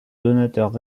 donateur